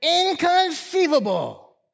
inconceivable